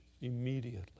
immediately